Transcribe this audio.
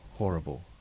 Horrible